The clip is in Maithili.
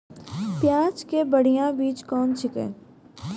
प्याज के बढ़िया बीज कौन छिकै?